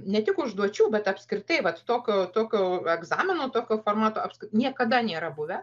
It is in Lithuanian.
ne tik užduočių bet apskritai vat tokio tokio egzamino tokio formato niekada nėra buvę